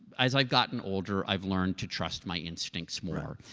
as i've gotten older, i've learned to trust my instincts more,